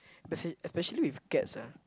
especially especially with cats ah